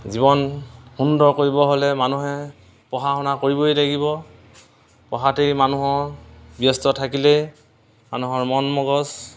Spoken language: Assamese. জীৱন সুন্দৰ কৰিব হ'লে মানুহে পঢ়া শুনা কৰিবই লাগিব পঢ়াতেই মানুহৰ ব্যস্ত থাকিলেইমানুহৰ মন মগজ